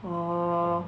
err